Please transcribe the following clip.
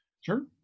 sure